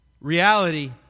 Reality